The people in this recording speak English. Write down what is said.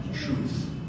truth